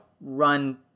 run